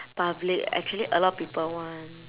public actually a lot people want